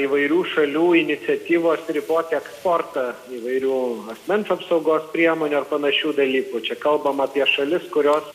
įvairių šalių iniciatyvos riboti eksportą įvairių asmens apsaugos priemonių ar panašių dalykų čia kalbama apie šalis kurios